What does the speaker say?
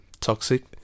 toxic